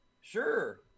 Sure